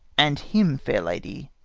and him, fair lady,